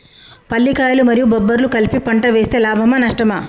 పల్లికాయలు మరియు బబ్బర్లు కలిపి పంట వేస్తే లాభమా? నష్టమా?